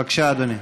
בבקשה, אדוני.